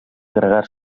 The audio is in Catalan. agregar